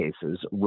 cases